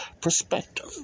perspective